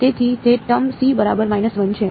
તેથી તે term c બરાબર 1 છે